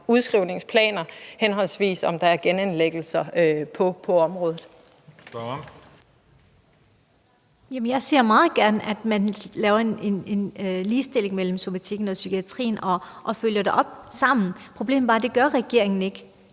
Spørgeren. Kl. 15:43 Yildiz Akdogan (S): Jamen jeg ser meget gerne, at man laver en ligestilling mellem somatikken og psykiatrien og følger det op sammen. Problemet er bare, at det gør regeringen ikke.